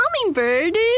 Hummingbird